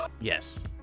Yes